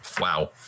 wow